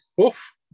Oof